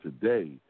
today